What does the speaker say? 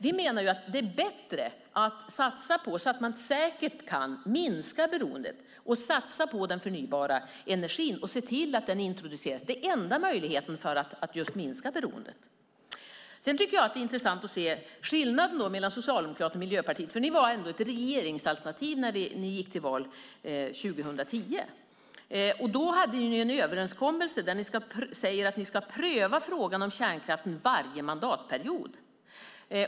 Vi menar att det är bättre att satsa så att man säkert kan minska beroendet, satsa på den förnybara energin och se till att den introduceras. Det är enda möjligheten för att minska beroendet. Sedan tycker jag att det är intressant att se skillnaden mellan Socialdemokraterna och Miljöpartiet, för ni var ändå ett regeringsalternativ när ni gick till val 2010. Då hade ni en överenskommelse där ni sade att ni skulle pröva frågan om kärnkraft vid varje mandatperiod.